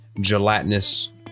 gelatinous